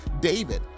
David